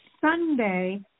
Sunday